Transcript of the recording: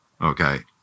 okay